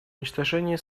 уничтожении